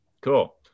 cool